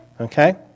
Okay